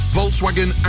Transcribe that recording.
Volkswagen